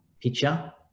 picture